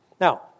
Now